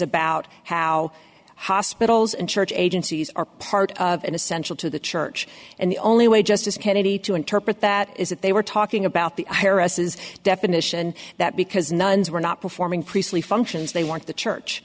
about how hospitals and church agencies are part of an essential to the church and the only way justice kennedy to interpret that is that they were talking about the irises definition that because nuns were not performing priestly functions they want the church